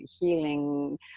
healing